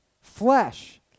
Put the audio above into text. flesh